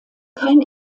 kein